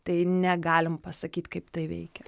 tai negalim pasakyt kaip tai veikia